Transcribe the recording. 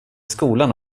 skolan